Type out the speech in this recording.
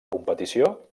competició